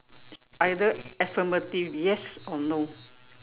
either affirmative yes or no